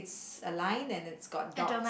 a line and it's got dots